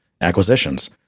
acquisitions